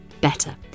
better